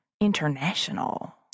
international